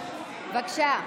בבקשה.